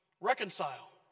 Reconcile